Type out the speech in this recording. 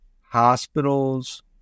hospitals